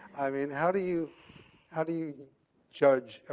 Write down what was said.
i mean, how do you how do you judge, ah